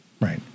Right